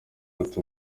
ati